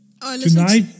tonight